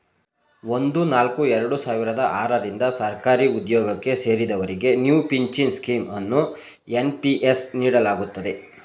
ಒಂದು ನಾಲ್ಕು ಎರಡು ಸಾವಿರದ ಆರ ರಿಂದ ಸರ್ಕಾರಿಉದ್ಯೋಗಕ್ಕೆ ಸೇರಿದವರಿಗೆ ನ್ಯೂ ಪಿಂಚನ್ ಸ್ಕೀಂ ಅನ್ನು ಎನ್.ಪಿ.ಎಸ್ ನೀಡಲಾಗುತ್ತದೆ